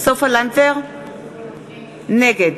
נגד